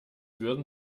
würden